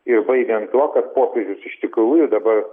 ir baigiant tuo kad popiežius iš tikrųjų dabar